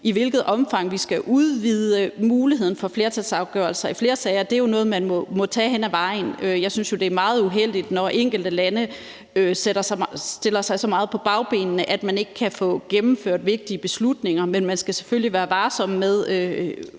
I hvilket omfang vi skal udvide muligheden for flertalsafgørelser til flere sager, er noget, man må tage hen ad vejen. Jeg synes jo, det er meget uheldigt, når enkelte lande stiller sig så meget på bagbenene, at man ikke kan få gennemført vigtige beslutninger. Men man skal selvfølgelig være varsom med